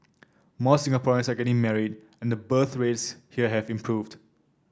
more Singaporeans are getting married and the birth rates here have improved